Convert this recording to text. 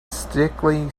sickly